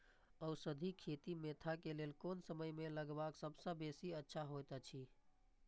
औषधि खेती मेंथा के लेल कोन समय में लगवाक सबसँ बेसी अच्छा होयत अछि?